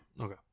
okay